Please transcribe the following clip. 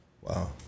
Wow